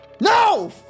No